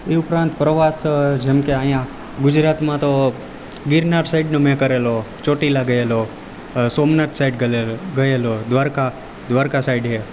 એ ઉપરાંત પ્રવાસ જેમ કે અહીંયા ગુજરાતમાં તો ગિરનાર સાઈડનો મેં કરેલો ચોટીલા ગયેલો સોમનાથ સાઈડ ગયેલો દ્વારકા દ્વારકા સાઈડ છે